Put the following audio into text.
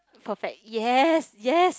perfect yes yes